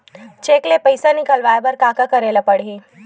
Cheque ले पईसा निकलवाय बर का का करे ल पड़हि?